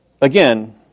again